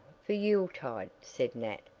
for yule-tide, said nat.